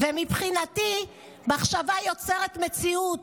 ומבחינתי מחשבה יוצרת מציאות.